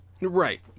Right